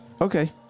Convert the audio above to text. Okay